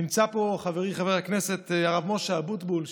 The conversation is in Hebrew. נמצא פה חברי חבר הכנסת הרב משה אבוטבול,